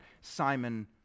Simon